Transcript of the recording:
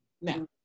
Now